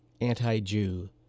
anti-Jew